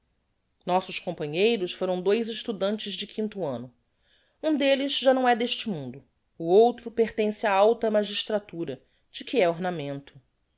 nossos companheiros foram dois estudantes do quinto anno um delles já não é deste mundo o outro pertence á alta magistratura de que é ornamento